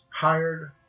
hired